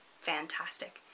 Fantastic